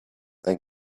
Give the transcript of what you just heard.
and